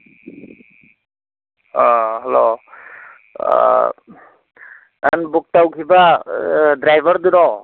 ꯑꯥ hello ꯅꯍꯥꯟ book ꯇꯧꯈꯤꯕ ꯗ꯭ꯔꯥꯏꯕꯔꯗꯨꯔꯣ